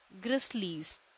Grizzlies